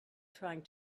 trying